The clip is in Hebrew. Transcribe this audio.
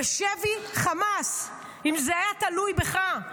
בשבי חמאס, אם זה היה תלוי בך.